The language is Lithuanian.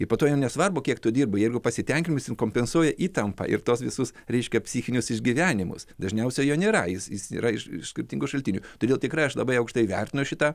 ir po to jiem nesvarbu kiek tu dirbai jeigu pasitenkinimas kompensuoja įtampą ir tuos visus reiškia psichinius išgyvenimus dažniausiai jo nėra jis jis yra iš iš skirtingų šaltinių todėl tikrai aš labai aukštai vertinu šitą